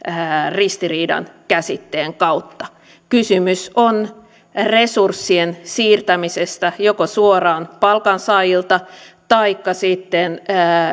ristiriidan käsitteen kautta kysymys on resurssien siirtämisestä joko suoraan palkansaajilta taikka sitten